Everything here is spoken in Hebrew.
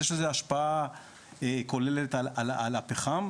אז יש לזה השפעה כוללת על הפחם.